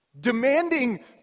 Demanding